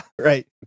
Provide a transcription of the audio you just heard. right